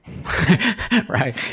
right